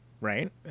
Right